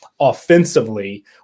offensively